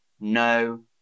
No